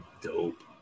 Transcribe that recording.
Dope